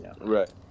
right